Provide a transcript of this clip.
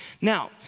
Now